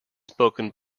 spoken